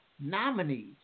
nominees